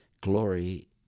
glory